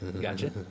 Gotcha